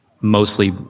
mostly